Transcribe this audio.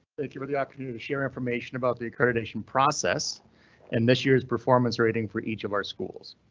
thank you for the opportunity to share information about the accreditation process and this year's performance rating for each of our schools.